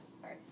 sorry